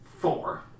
Four